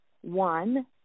One